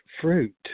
fruit